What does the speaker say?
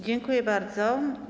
Dziękuję bardzo.